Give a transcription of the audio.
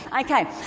Okay